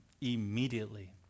immediately